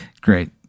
Great